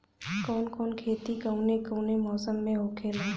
कवन कवन खेती कउने कउने मौसम में होखेला?